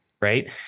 Right